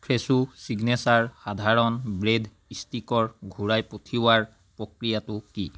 ফ্ৰেছো signature সাধাৰণ bread ষ্টিকৰ ঘূৰাই পঠিওৱাৰ প্ৰক্ৰিয়াটো কি